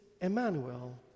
Emmanuel